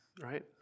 Right